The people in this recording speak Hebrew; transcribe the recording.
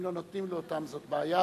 אם לא נותנים לו אותם זאת בעיה,